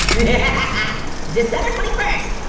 yeah ah december twenty first.